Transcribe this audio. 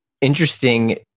interesting